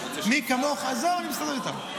עזוב, אני מסתדר איתם.